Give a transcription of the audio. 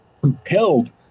compelled